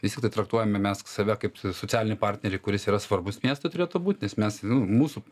vis tiktai traktuojame mes save kaip socialinį partnerį kuris yra svarbus miestui turėtų būt nes mes mūsų